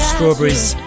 Strawberries